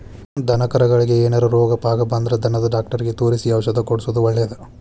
ದನಕರಗಳಿಗೆ ಏನಾರ ರೋಗ ಪಾಗ ಬಂದ್ರ ದನದ ಡಾಕ್ಟರಿಗೆ ತೋರಿಸಿ ಔಷಧ ಕೊಡ್ಸೋದು ಒಳ್ಳೆದ